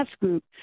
group